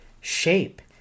shape